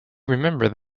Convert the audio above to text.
remembered